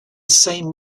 same